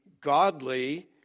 godly